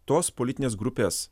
tos politinės grupės